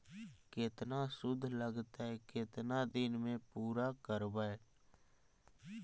केतना शुद्ध लगतै केतना दिन में पुरा करबैय?